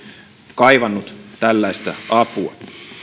kaivannut tällaista apua